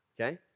Okay